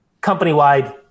company-wide